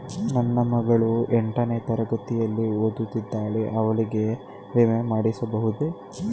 ನನ್ನ ಮಗಳು ಎಂಟನೇ ತರಗತಿಯಲ್ಲಿ ಓದುತ್ತಿದ್ದಾಳೆ ಅವಳಿಗೆ ವಿಮೆ ಮಾಡಿಸಬಹುದೇ?